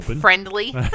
friendly